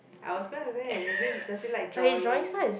I was going to say does he does he like drawing